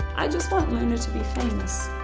i just want luna to be famous.